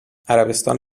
عربستان